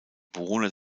bewohner